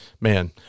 Man